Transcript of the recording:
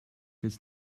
jetzt